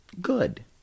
Good